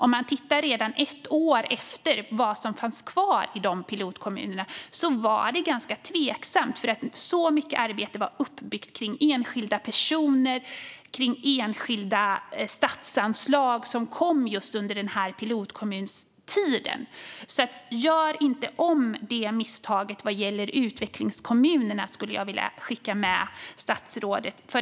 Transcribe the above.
Redan efter ett år kunde man titta på vad som fanns kvar i pilotkommunerna. Det var ganska tveksamt, för mycket arbete var uppbyggt kring enskilda personer och kring enskilda statsanslag som kom just under pilotkommunstiden. Gör inte om det misstaget vad gäller utvecklingskommunerna! Det skulle jag vilja skicka med statsrådet.